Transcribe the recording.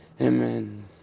Amen